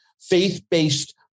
faith-based